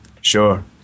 sure